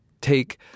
take